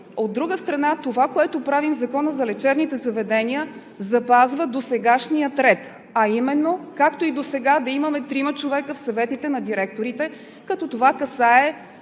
От друга страна, това, което правим в Закона за лечебните заведения, запазва досегашния ред, а именно, както и досега да имаме трима човека в съветите на директорите, като това касае